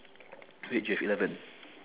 wait you have eleven